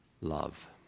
love